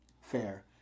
fair